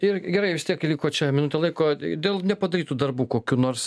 ir gerai vis tiek liko čia minutė laiko dėl nepadarytų darbų kokių nors